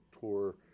tour